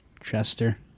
Chester